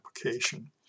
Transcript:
application